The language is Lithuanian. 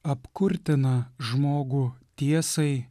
apkurtina žmogų tiesai